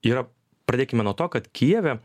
yra pradėkime nuo to kad kijeve